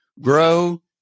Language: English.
grow